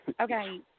okay